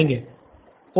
student Nithin okay